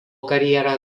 karjerą